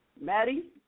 Maddie